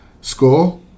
score